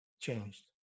changed